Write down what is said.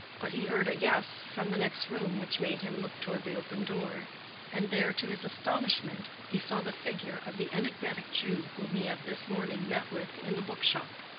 but he heard a yes from the next room, which made him look toward the open door and there, to his astonishment, he saw the figure of the enigmatic jew whom he had this morning met with in the book-shop.